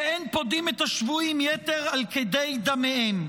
ש"אין פודין את השבויים יתר על כדי דמיהן".